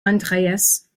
andreas